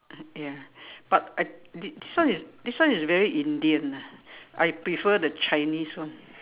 ya but I thi~ this one is this one is very Indian lah I prefer the Chinese one